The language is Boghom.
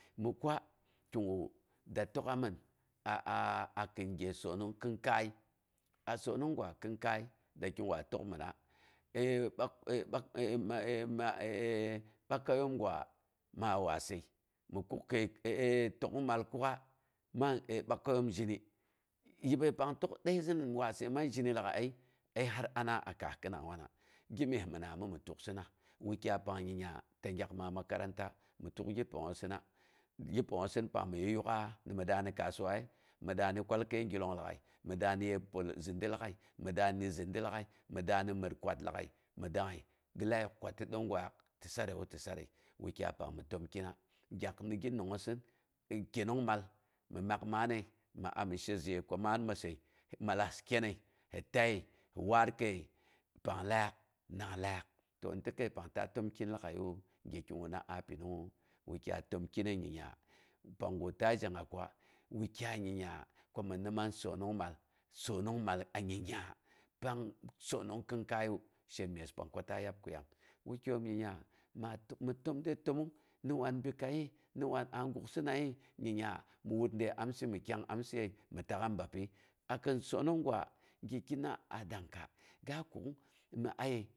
Kigu da tək'a min kin gye sonong kinkai, a sonong gwa kin kai, da kigwa tək mɨnna, bakai yom gwa ma wase mi kuk kəi təkung mal kuk'a man bakaiyom zhini, yibəi pang tək dəizɨn wase man zhini lag'ai, ai har ana a a kaas kɨnang wana. Gimyes mana nimi tuksɨna? Wukyai pang nyingnya ta gyak maa makaranta, mi tuk gi pangngosɨna, gi pangngosin pang mɨn yuk'a mi shemɨn ko mi daa ni kasuwaye, kwalkai gillong lag'ai mi dan niye pol zindi lag'ai mi dani məot kwat lag'ai, mi dangngəi gi lak yak kwata donggwaak, tɨ sarewa, tɨ sare, wukyai pang mi təm kyina. Gyak nigi nangngosi, kyenongmal, mi ami shezɨye ko maan məsse, mallas kyennəi, sɨ taye, sɨ waar kəiye pang laak, nang laak. To in tɨ kəipang ta təm kyin lag'aiyu, gyeki guna a punungngu. Wukyai təm kyinnəi nyingnya. Oangu ta zhega ko wukyai a nyingnya ko mɨna man sonongmal a nyingnya pang sonong kɨnkaiya shen myespang ko ta yab kuyam, wukyoom nyingnya mi təm dəi təmong, ni wan bikayi, ni wna bikayi, mi wan a gug sɨnayi, ningnya mi wul de amsɨ, mi kyang amsɨye mi tak'an bapyi. Akin sonong gwa gyekinna a dangka pang